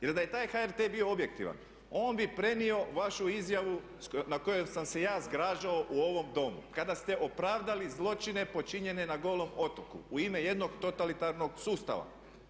Jer da je taj HRT bio objektivan on bi prenio vašu izjavu nad kojom sam se ja zgražao u ovom Domu kada ste opravdali zločine počinjene na Golom otoku u ime jednog totalitarnog sustava.